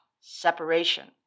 separation